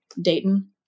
Dayton